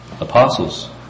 apostles